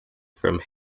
from